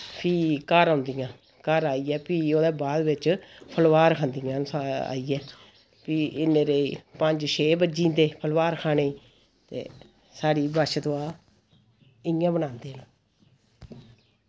फ्ही घर औंदियां घर आइयै फ्ही ओह्दे बाद बिच्च फलोआर खंदियां आइयै फ्ही इ'न्ने चिरे गी पंज छे बज्जी जंदे फलोआर खाने गी ते साढ़ी बच्छदुआ इ'यां बनांदे न